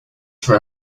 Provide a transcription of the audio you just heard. for